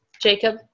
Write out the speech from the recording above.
Jacob